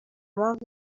mpamvu